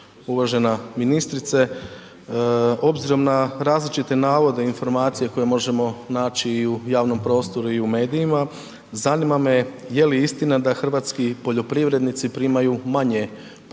Uvažena ministrice, obzirom na različite navode i informacije koje možemo naći i u javnom prostoru i u medijima, zanima me je li istina da hrvatski poljoprivrednici primaju manje potpore